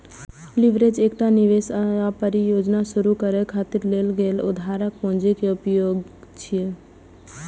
leverage एकटा निवेश या परियोजना शुरू करै खातिर लेल गेल उधारक पूंजी के उपयोग छियै